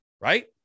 right